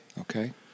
okay